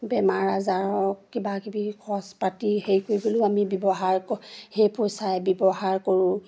বেমাৰ আজাৰ কিবা কিবি খৰচ পাতি সেই কৰিবলৈও আমি ব্যৱহাৰ সেই পইচাৰেই ব্যৱহাৰ কৰোঁ